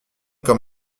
quand